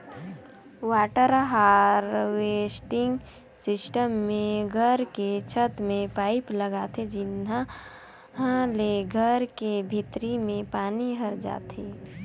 water harvesting system मे घर के छत में पाईप लगाथे जिंहा ले घर के भीतरी में पानी हर जाथे